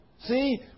see